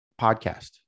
Podcast